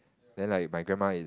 then like my grandma is